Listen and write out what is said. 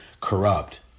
corrupt